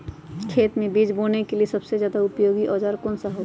खेत मै बीज बोने के लिए सबसे ज्यादा उपयोगी औजार कौन सा होगा?